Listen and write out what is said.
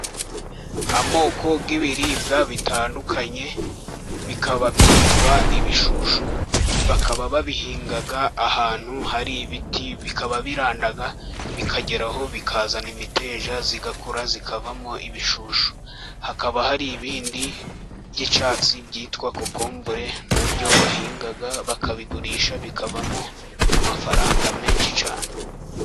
Amoko y'ibiribwa bitandukanye, bikaba byitwa ibishushu, bakaba babihinga ahantu hari ibiti, bikaba biranda, bikagera aho bikazana imiteja, igakura, ikavamo ibishushu. Hakaba hari ibindi by'icyatsi byitwa kokombure, nabyo bahinga bakabigurisha, bikavamo amafaranga menshi cyane.